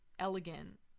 elegant